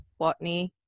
Watney